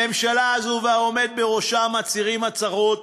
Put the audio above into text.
הממשלה הזאת והעומד בראשה מצהירים הצהרות,